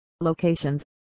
locations